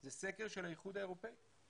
זה סקר של האיחוד האירופאי.